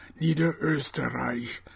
Niederösterreich